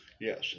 Yes